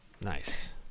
Nice